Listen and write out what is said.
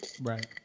Right